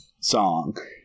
song